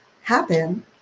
happen